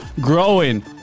growing